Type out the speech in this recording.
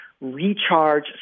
recharge